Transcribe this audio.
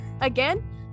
again